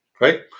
right